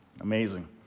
Amazing